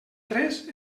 tres